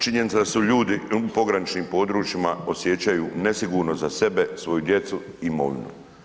Činjenica je da se ljudi u pograničnim područjima osjećaju nesigurno za sebe, svoju djecu i imovinu.